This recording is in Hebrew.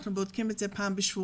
אנחנו בודקים את זה פעם בשבועיים.